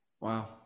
Wow